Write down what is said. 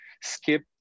skip